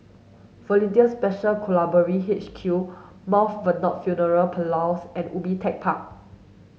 Volunteer Special Constabulary H Q Mt Vernon Funeral Parlours and Ubi Tech Park